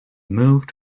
moved